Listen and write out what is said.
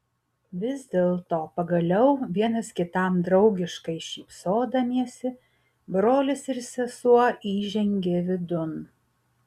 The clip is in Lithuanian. vis dėlto pagaliau vienas kitam draugiškai šypsodamiesi brolis ir sesuo įžengė vidun